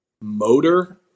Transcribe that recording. motor